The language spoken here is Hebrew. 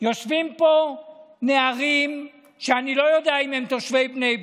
יושבים פה נערים שאני לא יודע אם הם תושבי בני ברק,